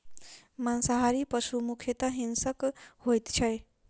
मांसाहारी पशु मुख्यतः हिंसक होइत छै